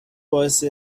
باعث